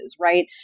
Right